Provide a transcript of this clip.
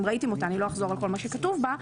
ראיתם אותה ולא אחזור על כול מה שכתוב בה.